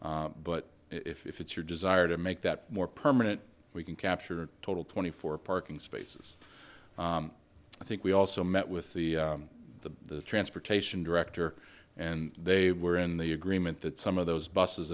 school but if it's your desire to make that more permanent we can capture total twenty four parking spaces i think we also met with the the transportation director and they were in the agreement that some of those buses